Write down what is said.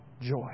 joy